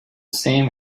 same